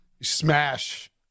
smash